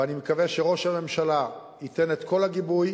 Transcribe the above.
ואני מקווה שראש הממשלה ייתן את כל הגיבוי.